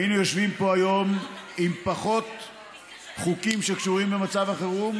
היינו יושבים פה היום עם פחות חוקים שקשורים למצב החירום,